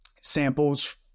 samples